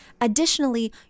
additionally